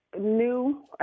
New